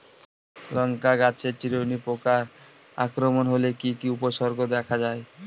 লঙ্কা গাছের চিরুনি পোকার আক্রমণ হলে কি কি উপসর্গ দেখা যায়?